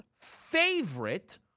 favorite